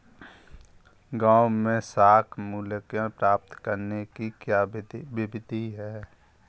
गाँवों में साख मूल्यांकन प्राप्त करने की क्या विधि है?